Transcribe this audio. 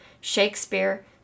Shakespeare